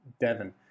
Devon